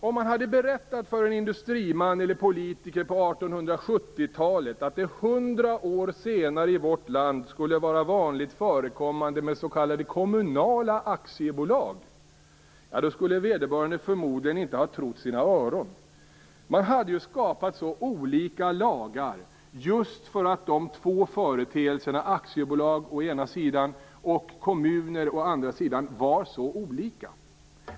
Om man hade berättat för en industriman eller politiker på 1870-talet att det hundra år senare i vårt land skulle vara vanligt förekommande med s.k. kommunala aktiebolag skulle vederbörande förmodligen inte ha trott sina öron. Man hade ju skapat så olika lagar just därför att de två företeelserna, aktiebolag å ena sidan och kommuner å andra sidan, var så olika.